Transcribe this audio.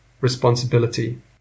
responsibility